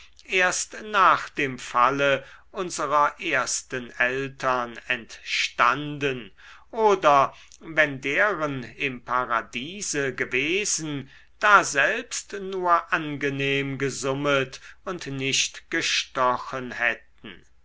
erst nach dem falle unserer ersten eltern entstanden oder wenn deren im paradiese gewesen daselbst nur angenehm gesummet und nicht gestochen hätten